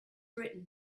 written